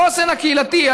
החוסן הקהילתי,